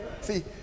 See